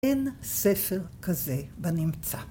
אין ספר כזה בנמצא.